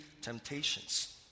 temptations